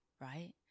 right